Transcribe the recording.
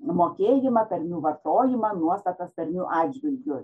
mokėjimą tarmių vartojimą nuostatas tarmių atžvilgiu